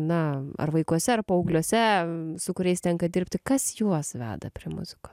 na ar vaikuose paaugliuose su kuriais tenka dirbti kas juos veda prie muzikos